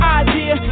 idea